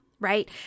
right